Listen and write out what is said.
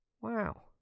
wow